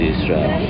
Israel